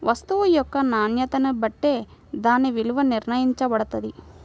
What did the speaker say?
వస్తువు యొక్క నాణ్యతని బట్టే దాని విలువ నిర్ణయించబడతది